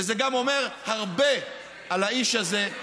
וזה גם אומר הרבה על האיש הזה.